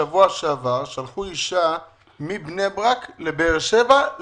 בשבוע שעבר שלחו אישה מבני ברק לבאר שבע,